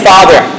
Father